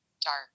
dark